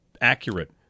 accurate